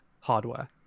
hardware